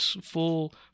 full